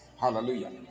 Hallelujah